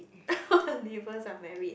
all your neighbors are married